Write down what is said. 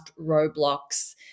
Roblox